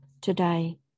today